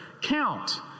count